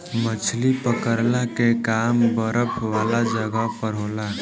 मछली पकड़ला के काम बरफ वाला जगह पर होला